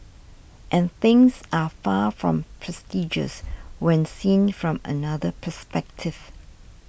and things are far from prestigious when seen from another perspective